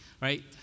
right